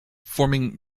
forming